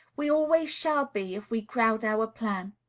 we always shall be, if we crowd our plan.